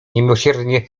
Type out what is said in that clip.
niemiłosiernie